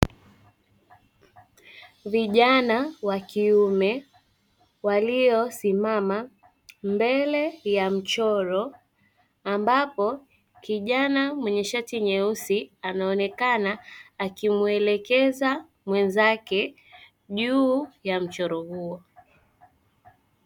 Vijana wa kiume waliosimama mbele ya mchoro ambapo kijana mwenye shati nyeusi anaonekana akimuelekeza mwenzake juu ya mchoro huo.